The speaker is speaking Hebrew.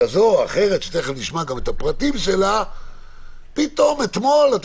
פתאום כל